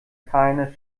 keine